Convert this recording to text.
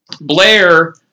Blair